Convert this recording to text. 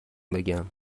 بگم